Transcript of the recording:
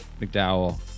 McDowell